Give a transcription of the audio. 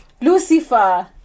Lucifer